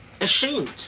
ashamed